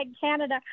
Canada